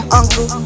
uncle